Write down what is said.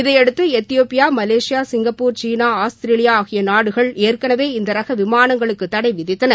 இதையடுத்து Ethiopia Malaysia Singapore China Australia ஆகிய நாடுகள் ஏற்கனவே இந்த ரக விமானங்களுக்கு தடை விதித்தன